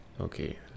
Okay